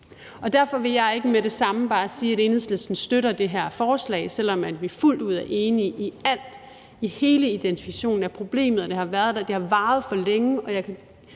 Derfor vil jeg ikke med det samme bare sige, at Enhedslisten støtter det her forslag, selv om vi fuldt ud er enige i alt, i hele identifikationen af problemet, og at det har varet for længe. Jeg har